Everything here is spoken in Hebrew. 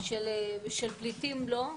של פליטים לא.